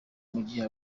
mugihe